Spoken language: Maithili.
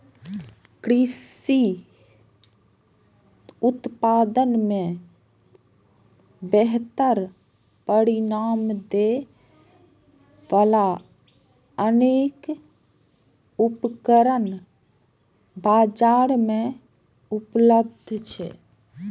कृषि उत्पादन मे बेहतर परिणाम दै बला अनेक उपकरण बाजार मे उपलब्ध छै